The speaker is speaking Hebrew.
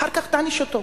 אחר כך תעניש אותו.